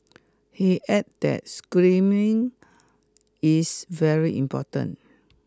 he add that screening is very important